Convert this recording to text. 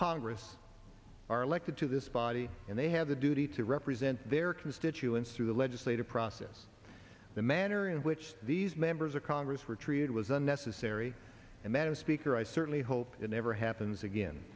congress are elected to this body and they have a duty to represent their constituents through the legislative process the manner in which these members of congress were treated was unnecessary and madam speaker i certainly hope it never happens again